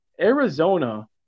Arizona